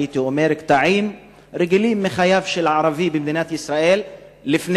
הייתי מכנה אותו: קטעים רגילים מחייו של ערבי במדינת ישראל לפני